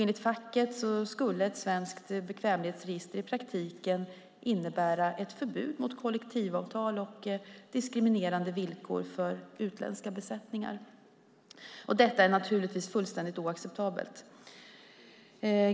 Enligt facket skulle ett svenskt bekvämlighetsregister i praktiken innebära ett förbud mot kollektivavtal och diskriminerande villkor för utländska besättningar. Detta är naturligtvis fullständigt oacceptabelt.